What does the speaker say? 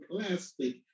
plastic